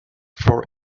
for